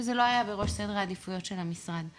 שזה לא היה בראש סדר העדיפויות של המשרד.